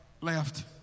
left